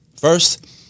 first